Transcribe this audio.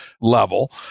level